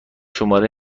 شماره